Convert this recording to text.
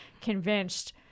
convinced